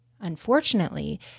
Unfortunately